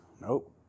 nope